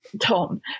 Tom